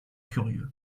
curieux